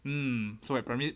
mm so I primary